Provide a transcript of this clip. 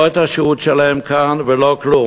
לא את השהות שלהם כאן ולא כלום.